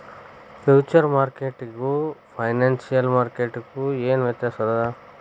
Future ಮಾರ್ಕೆಟಿಗೂ financial ಮಾರ್ಕೆಟಿಗೂ ಏನ್ ವ್ಯತ್ಯಾಸದ?